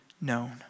known